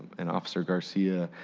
and officer garcia.